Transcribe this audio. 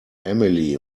emily